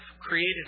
created